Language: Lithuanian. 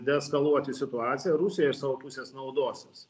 deeskaluoti situaciją rusija iš savo pusės naudosis